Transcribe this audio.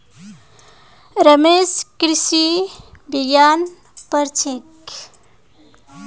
रमेश कृषि विज्ञान पढ़ छेक